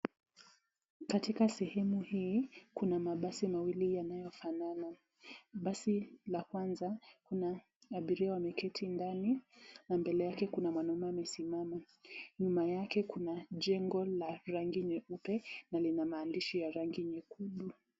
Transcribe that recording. Katika sehemu hii, kuna mabasi mawili yanayofanana. Basi la kwanza kuna abiria wameketi ndani na mbele yake kuna mwanaume amesimama. Nyuma yake kuna jengo la rangi nyeupe na lina maandishi ya rangi nyekundu.